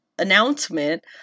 announcement